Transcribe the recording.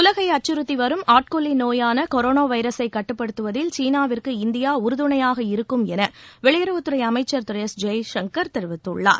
உலகை அச்சுறுத்தி அவரும் ஆட்கொல்லி நோயான கொரானா வைரஸை கட்டுப்படுத்துவதில் சீனாவிற்கு இந்தியா உறுதுணையாக இருக்கும் என வெளியுறவுத் துறை அமைச்சர் திரு எஸ் ஜெய்சங்கர் தெரிவித்துள்ளார்